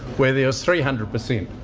where there was three hundred percent